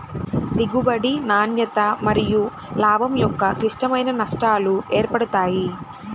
దిగుబడి, నాణ్యత మరియులాభం యొక్క క్లిష్టమైన నష్టాలు ఏర్పడతాయి